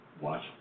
Watch